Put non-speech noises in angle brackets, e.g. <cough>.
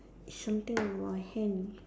something <noise> on my hand